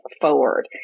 forward